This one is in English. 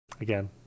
again